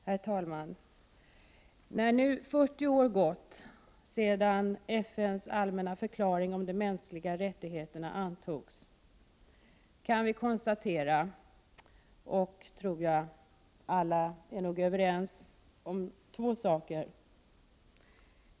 Herr talman! Nu, när 40 år har gått sedan FN:s allmänna förklaring om de mänskliga rättigheterna antogs, kan man konstatera att vi nog alla är överens om ett par saker.